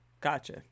Gotcha